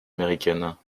américaines